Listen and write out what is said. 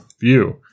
View